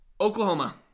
Oklahoma